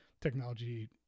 technology